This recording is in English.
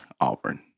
Auburn